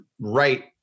right